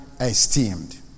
esteemed